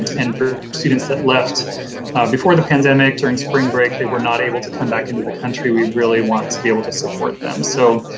and for students that left before the pandemic during spring break, they were not able to come back into the country, we really want to be able to support them. so,